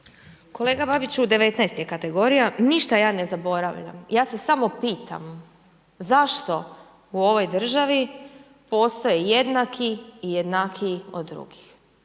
Kolega Babiću, 19 je kategorija, ništa ja ne zaboravljam. Ja se samo pitam zašto u ovoj državi postoje jednaki i jednakiji od drugih.